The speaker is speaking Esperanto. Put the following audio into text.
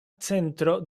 centro